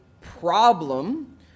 problem